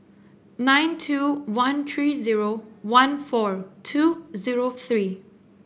nine two one three zero one four two zero three